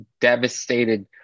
devastated